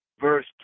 verse